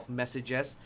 messages